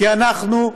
כי אנחנו,